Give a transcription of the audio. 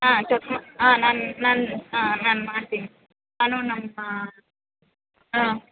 ಹಾಂ ತೊಗೊ ಹಾಂ ನಾನು ನಾನು ಹಾಂ ನಾನು ಮಾಡ್ತೀನಿ ನಾನು ನಮ್ಮ ಹಾಂ